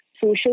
social